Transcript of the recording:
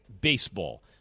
baseball